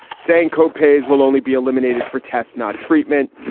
saying co-pays will only be eliminated for tests, not treatment.